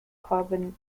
carbon